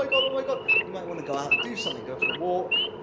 my god, oh my god. you might want to go out, and do something go for a walk,